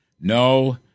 No